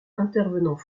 intervenant